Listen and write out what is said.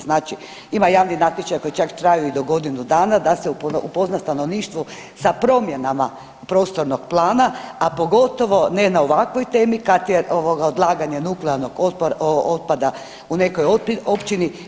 Znači ima javni natječaj koji čak traju i do godinu dana, da se upozna stanovništvo sa promjenama prostornog plana, a pogotovo ne na ovakvoj temi kad je odlaganje nuklearnog otpada u nekoj općini.